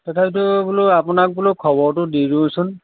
তথাপিটো বোলো আপোনাক বোলো খবৰটো দি দিওঁচোন